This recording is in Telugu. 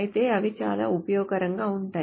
అయితే అవి చాలా ఉపయోగకరంగా ఉంటాయి